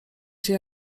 się